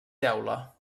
teula